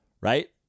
Right